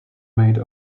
made